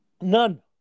None